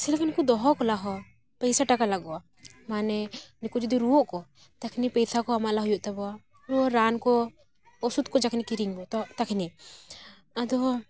ᱥᱮᱞᱮᱠᱟ ᱠᱚ ᱫᱚᱦᱚ ᱠᱚᱞᱟ ᱦᱚ ᱯᱚᱭᱥᱟ ᱴᱟᱠᱟ ᱞᱟᱜᱟᱜᱼᱟ ᱢᱟᱱᱮ ᱱᱩᱠᱩ ᱡᱩᱫᱤ ᱨᱩᱭᱟᱹᱜ ᱟᱠᱚ ᱛᱚᱠᱷᱚᱱ ᱯᱚᱭᱥᱟ ᱠᱚ ᱮᱢᱟᱞᱟ ᱠᱚ ᱦᱩᱭᱩᱜ ᱛᱟᱠᱚᱣᱟ ᱨᱩᱭᱟᱹ ᱨᱟᱱ ᱠᱚ ᱚᱥᱩᱫᱽ ᱠᱚ ᱡᱚᱠᱷᱚᱱᱮ ᱠᱤᱨᱤᱨ ᱟᱜᱩᱭᱟ ᱛᱚ ᱛᱚᱠᱷᱚᱱᱤ ᱟᱫᱚ